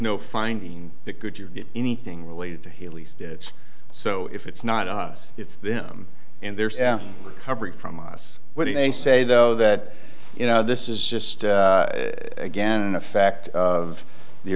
no finding anything related to hailey stats so if it's not us it's them and there's no recovery from us what do they say though that you know this is just again an effect of the